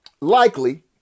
likely